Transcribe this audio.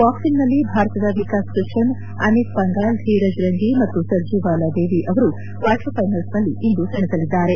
ಬಾಕ್ಸಿಂಗ್ನಲ್ಲಿ ಭಾರತದ ವಿಕಾಸ್ ಕೃಷನ್ ಅಮಿತ್ ಪಂಗಾಲ್ ಧೀರಜ್ ರಂಗಿ ಮತ್ತು ಸರ್ಜುಬಾಲ ದೇವಿ ಅವರು ಕ್ವಾರ್ಟರ್ ಫೈನಲ್ಸ್ನಲ್ಲಿ ಇಂದು ಸೇನಲಿದ್ದಾರೆ